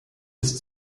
bis